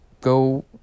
Go